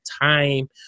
time